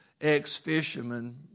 ex-fisherman